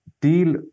deal